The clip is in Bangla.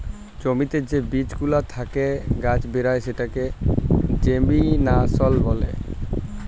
জ্যমিতে যে বীজ গুলা থেক্যে গাছ বেরয় সেটাকে জেমিনাসল ব্যলে